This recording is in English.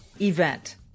event